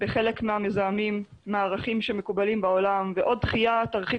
בחלק מהמזהמים מהערכים שמקובלים בעולם ועוד דחייה תרחיק